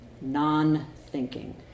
non-thinking